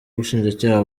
ubushinjacyaha